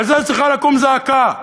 ועל זה צריכה לקום זעקה.